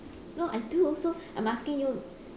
no I do also I'm asking you